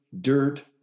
dirt